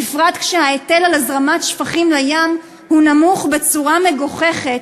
בפרט כשההיטל על הזרמת שפכים לים הוא נמוך בצורה מגוחכת.